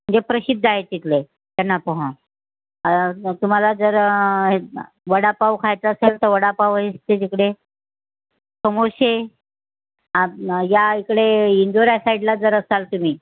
जे प्रसिद्ध आहे तिथले चना पोहा तुम्हाला जर वडापाव खायचा असेल तर वडापावही त्याच्याकडे समोसे या इकडे इंदोरा साईडला जर असाल तुम्ही